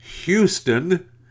Houston